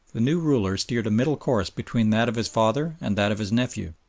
the new ruler steered a middle course between that of his father and that of his nephew.